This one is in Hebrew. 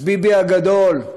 אז ביבי הגדול,